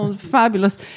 Fabulous